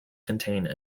contain